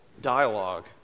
dialogue